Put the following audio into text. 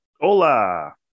Hola